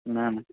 ના ના